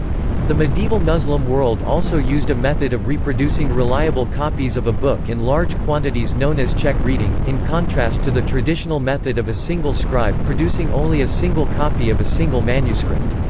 the medieval muslim world also used a method of reproducing reliable copies of a book in large quantities known as check reading, in contrast to the traditional method of a single scribe producing only a single copy of a single manuscript.